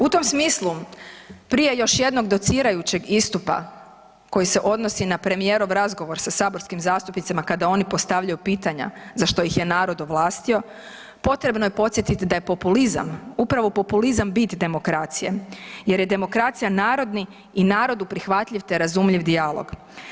U tom smislu prije još jednog docirajućeg istupa koji se odnosi na premijerov razgovor sa saborskim zastupnicima kada oni postavljaju pitanja za što ih je narod ovlastio potrebno je podsjetiti da je populizam, upravo populizam bit demokracije jer je demokracija narodni i narodu prihvatljiv te razumljiv dijalog.